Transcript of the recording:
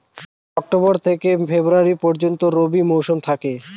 October থেকে February পর্যন্ত রবি মৌসুম থাকে